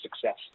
success